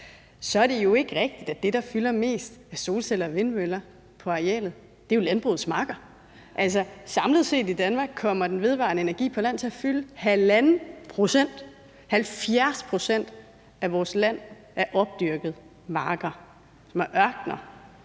at det jo ikke er rigtigt, at det, der fylder mest på arealet, er solceller og vindmøller. Det er jo landbrugets marker. Altså, samlet set kommer den vedvarende energi på land til at fylde 1,5 pct. i Danmark. 70 pct. af vores land er opdyrkede marker, som er ørkener